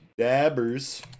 Dabbers